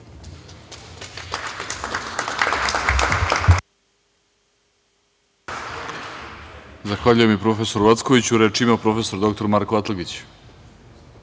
Zahvaljujem i profesoru Ackoviću. Reč ima prof. dr Marko Atlagić.